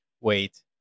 Wait